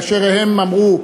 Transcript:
כאשר הן אמרו,